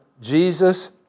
Jesus